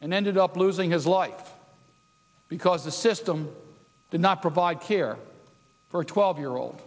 and ended up losing his life because the system did not provide care for a twelve year old